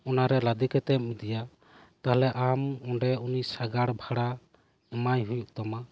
ᱚᱱᱟᱨᱮ ᱞᱟᱫᱮ ᱠᱟᱛᱮᱫ ᱮᱢ ᱤᱫᱤᱭᱟ ᱛᱟᱦᱞᱮ ᱟᱢ ᱚᱸᱰᱮ ᱩᱱᱤ ᱥᱟᱜᱟᱬ ᱵᱷᱟᱬᱟ ᱮᱢᱟᱭ ᱦᱩᱭᱩᱜ ᱛᱟᱢᱟ